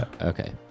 Okay